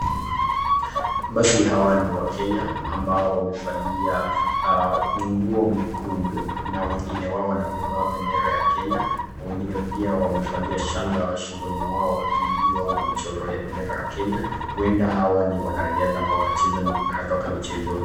Basi hawa ni wakenya ambao wamevalia nguo mekundu na wengine wao wanabeba bendera ya Kenya, wengine pia wamevalia shanga shingoni mwao iliyo na michoro ya bendera ya Kenya huenda hawa ni wanariadha ambao wanatoka michezoni.